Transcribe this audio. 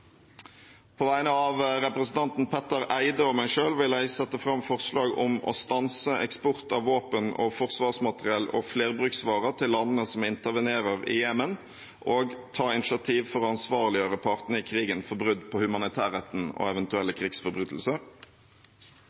På vegne av representanten Petter Eide og meg selv vil jeg sette fram forslag om å stanse eksport av våpen og forsvarsmateriell og flerbruksvarer til landene som intervenerer i Jemen, og ta initiativer for å ansvarliggjøre partene i krigen for brudd på humanitærretten og eventuelle